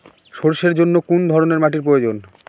সরষের জন্য কোন ধরনের মাটির প্রয়োজন?